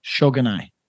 Shogunai